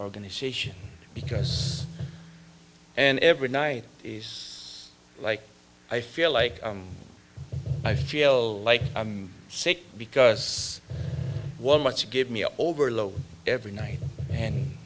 organization because and every night it's like i feel like i feel like i'm sick because one much give me an overload every night and